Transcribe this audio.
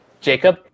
Jacob